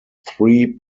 three